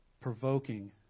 provoking